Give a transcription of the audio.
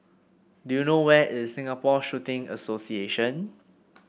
do you know where is Singapore Shooting Association